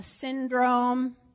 syndrome